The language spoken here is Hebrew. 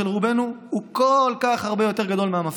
של רובנו הוא כל כך הרבה יותר גדול מהמפריד,